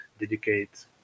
dedicate